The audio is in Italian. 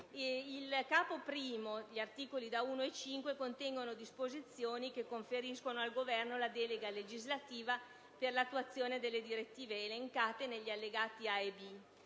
I, composto dagli articoli da 1 a 5, contiene disposizioni che conferiscono al Governo la delega legislativa per l'attuazione delle direttive elencate negli allegati A e B,